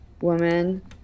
woman